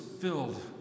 filled